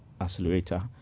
accelerator